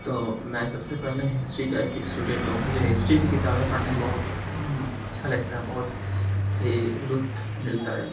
تو میں سب سے پہلے ہسٹری ٹائپ کی اسٹوڈنٹ ہوں مجھے ہسٹری کی کتابیں پڑھنے میں بہت اچھا لگتا ہے بہت ہی لُطف ملتا ہے